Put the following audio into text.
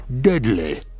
Deadly